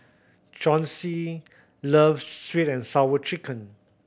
Chauncy loves Sweet And Sour Chicken